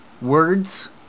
words